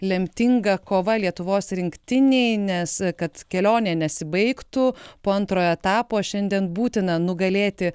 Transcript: lemtinga kova lietuvos rinktinei nes kad kelionė nesibaigtų po antrojo etapo šiandien būtina nugalėti